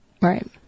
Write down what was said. Right